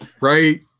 Right